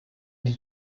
die